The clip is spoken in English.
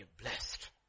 blessed